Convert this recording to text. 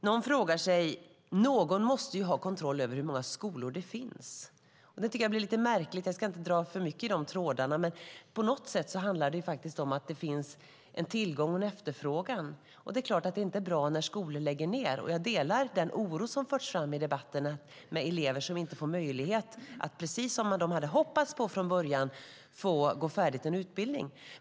Någon säger: Någon måste ju ha kontroll över hur många skolor det finns. Jag ska inte dra för mycket i de trådarna, men på något sätt handlar det faktiskt om att det finns en tillgång och en efterfrågan. Det är klart att det inte är bra när skolor läggs ned, och jag delar den oro som förts fram i debatterna om elever som inte får möjlighet att, som de hade hoppats på från början, gå färdigt en utbildning.